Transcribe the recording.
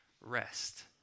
Rest